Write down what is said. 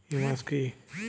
Humus কি?